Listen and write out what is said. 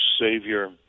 Savior